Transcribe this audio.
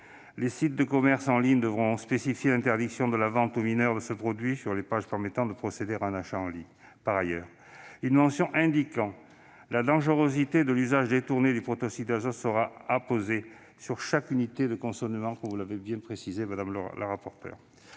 Les sites de commerce en ligne devront spécifier l'interdiction de la vente aux mineurs de ce produit sur les pages permettant de procéder à un achat en ligne. Par ailleurs, une mention indiquant la dangerosité de l'usage détourné du protoxyde d'azote sera apposée sur chaque unité de conditionnement. Je me félicite de ce que